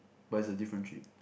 but it's a different trip